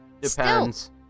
depends